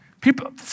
People